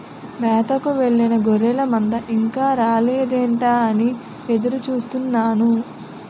మేతకు వెళ్ళిన గొర్రెల మంద ఇంకా రాలేదేంటా అని ఎదురు చూస్తున్నాను